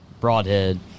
Broadhead